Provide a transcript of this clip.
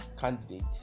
candidate